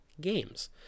games